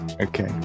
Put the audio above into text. Okay